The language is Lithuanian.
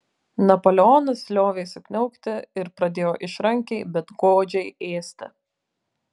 napoleonas liovėsi kniaukti ir pradėjo išrankiai bet godžiai ėsti